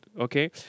okay